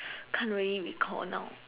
can't really recall now